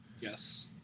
Yes